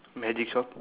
magic shop